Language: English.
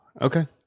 Okay